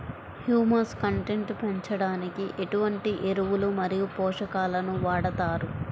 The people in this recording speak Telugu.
హ్యూమస్ కంటెంట్ పెంచడానికి ఎటువంటి ఎరువులు మరియు పోషకాలను వాడతారు?